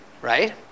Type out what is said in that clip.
Right